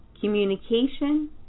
communication